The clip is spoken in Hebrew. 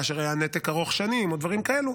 כאשר היה נתק ארוך שנים או דברים כאלו,